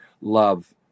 love